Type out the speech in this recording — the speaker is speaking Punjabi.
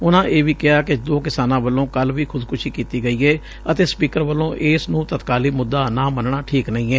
ਉਨੂਾ ਇਹ ਵੀ ਕਿਹਾ ਕਿ ਦੋ ਕਿਸਾਨਾ ਵੱਲੋਂ ਕਲ਼ ਵੀ ਖੁਦਕੁਸ਼ੀ ਕੀਤੀ ਗਈ ਏ ਅਤੇ ਸਪੀਕਰ ਵੱਲੋਂ ਇਸ ਨੂੰ ਤਤਕਾਲੀ ਮੁੱਦਾ ਨਾ ਮੰਨਣਾ ਠੀਕ ਨਹੀ ਏ